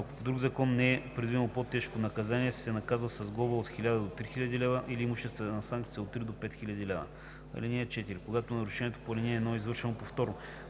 ако по друг закон не е предвидено по-тежко наказание, се наказва с глоба от 1000 до 3000 лв. или с имуществена санкция от 3000 до 5000 лв. (4) Когато нарушението по ал. 1 е извършено повторно,